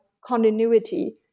continuity